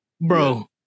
Bro